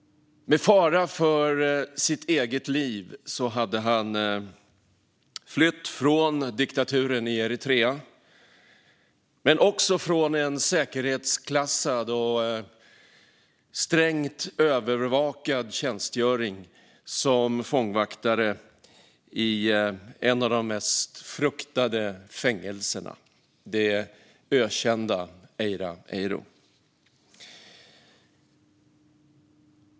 Med fara för sitt eget liv hade han flytt från diktaturen i Eritrea men också från en säkerhetsklassad och strängt övervakad tjänstgöring i ett av de mest fruktade fängelserna, det ökända Eiraeiro.